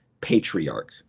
patriarch